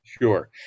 sure